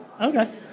Okay